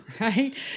right